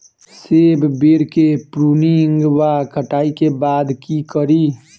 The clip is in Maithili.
सेब बेर केँ प्रूनिंग वा कटाई केँ बाद की करि?